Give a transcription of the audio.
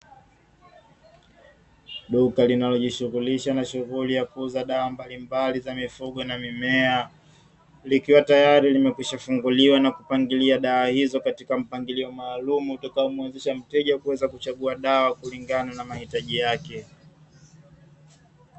Duka linalojishughulisha na shughuli ya kuuza dawa mbalimbali za mifugo na mimea, likiwa tayari limekwisha kufunguliwa na kupangilia dawa hizo katika mpangilio maalumu, utakaomuwezesha mteja kuweza kuchagua dawa kulingana na mahitaji yake.